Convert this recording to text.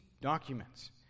documents